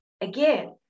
Again